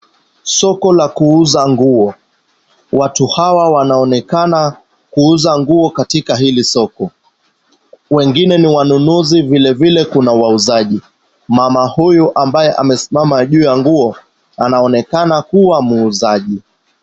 Soko la kuuza nguo. Watu hawa wanaoneka kuuza nguo katika hili soko. Wengine ni wanunuzi vilevile kuna wauzaji. Mama huyu ambaye amesimama juu ya nguo, anaonekana kuwa muuzaji.